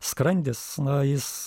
skrandis na jis